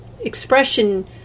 expression